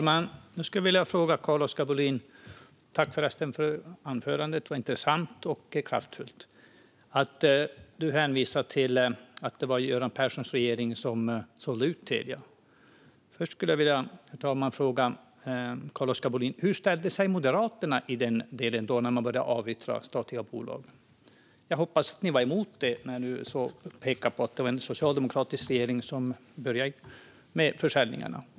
Herr talman! Jag tackar Carl-Oskar Bohlin för anförandet. Det var intressant och kraftfullt. Carl-Oskar Bohlin hänvisar till att det var Göran Perssons regering som sålde ut Telia. Jag skulle vilja fråga honom, herr talman, hur Moderaterna ställde sig i den delen när statliga bolag började avyttras. Jag hoppas att man var emot det i och med att man nu pekar på att det var en socialdemokratisk regering som började med försäljningarna.